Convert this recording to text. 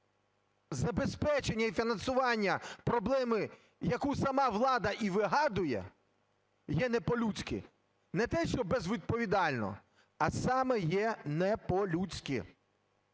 забезпечення і фінансування проблеми, яку сама влада і вигадує, є не по-людськи. Не те, що безвідповідально, а саме є не по-людськи.